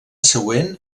següent